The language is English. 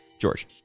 George